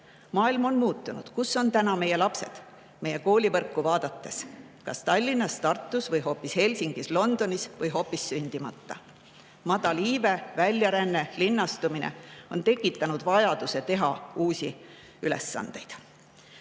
Maailm on muutunud. Kus on täna meie lapsed meie koolivõrku vaadates – kas Tallinnas, Tartus või hoopis Helsingis, või Londonis või hoopis sündimata? Madal iive, väljaränne, linnastumine on tekitanud vajaduse seada uusi ülesandeid. Hando